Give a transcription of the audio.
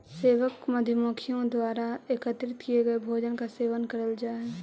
सेवक मधुमक्खियों द्वारा एकत्रित किए गए भोजन का सेवन करल जा हई